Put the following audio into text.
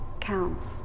counts